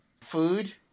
food